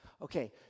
Okay